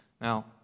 Now